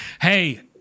hey